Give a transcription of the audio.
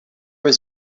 was